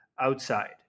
outside